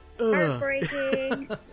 heartbreaking